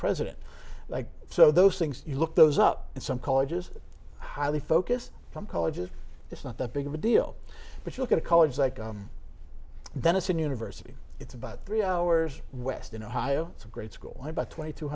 president like so those things you look those up and some colleges highly focused from colleges it's not that big of a deal but you look at a college like denison university it's about three hours west in ohio it's a great school and about twenty two